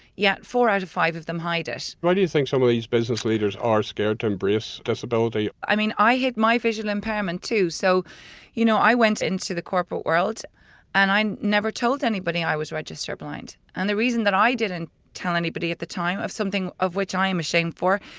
yet four out of five of them hide it why do you think some of these business leaders are scared to embrace disability? i mean i hid my visual impairment too, so you know i went into the corporate world and i never told anybody i was registered blind. and the reason that i didn't tell anybody at the time, of something of which i am ashamed for,